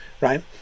right